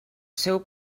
seu